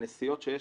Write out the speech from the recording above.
הנסיעות שיש